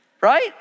right